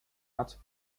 hat